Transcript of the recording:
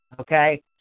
Okay